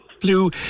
Blue